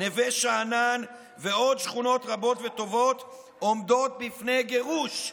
נווה שאנן ועוד שכונות רבות וטובות עומדות בפני גירוש,